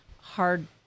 hard